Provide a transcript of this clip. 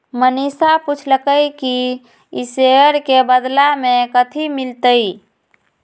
मनीषा पूछलई कि ई शेयर के बदला मे कथी मिलतई